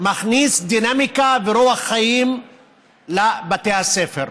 מכניס דינמיקה ורוח חיים לבתי הספר.